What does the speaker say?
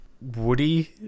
Woody-